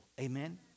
amen